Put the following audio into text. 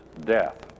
death